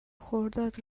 خرداد